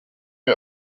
wir